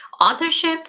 authorship